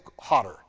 hotter